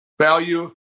value